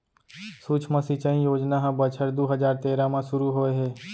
सुक्ष्म सिंचई योजना ह बछर दू हजार तेरा म सुरू होए हे